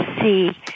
see